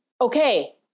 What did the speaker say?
okay